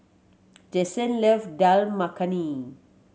Jensen love Dal Makhani